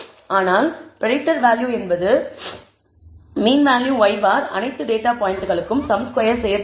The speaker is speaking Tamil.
ஆனால் பிரடிக்டட் வேல்யூ என்பது மீன் வேல்யூ y̅ அனைத்து டேட்டா பாயிண்ட்களுக்கும் சம் ஸ்கொயர் செய்யப்படுகிறது